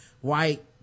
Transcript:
white